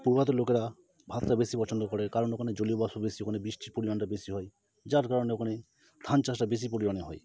পূর্ব ভারতের লোকেরা ভাতটা বেশি পচন্দ করে কারণ ওখানে জলীয় বাষ্প বেশি ওখানে বৃষ্টির পরিমাণটা বেশি হয় যার কারণে ওখানে ধান চাষটা বেশি পরিমাণে হয়